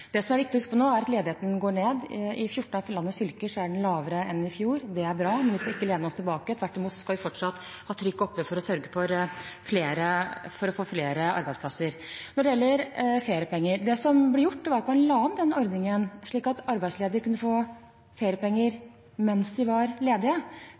Det som er viktig å huske på nå, er at ledigheten går ned. I 14 av landets fylker er den lavere enn i fjor. Det er bra, men vi skal ikke lene oss tilbake. Tvert imot skal vi fortsatt ha trykket oppe for å få flere arbeidsplasser. Når det gjelder feriepenger: Det som ble gjort, var at man la om den ordningen, slik at arbeidsledige kunne få feriepenger mens de var ledige.